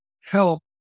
help